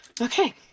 Okay